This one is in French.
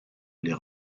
les